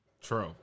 True